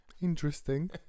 Interesting